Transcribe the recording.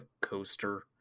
coaster